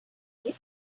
the